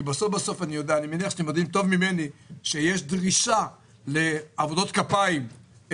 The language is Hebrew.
אני מניח שאתם יודעים טוב ממני שיש דרישה לעבודות כפיים,